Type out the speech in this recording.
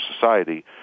society